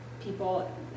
people